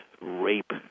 rape